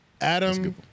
Adam